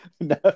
No